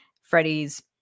freddie's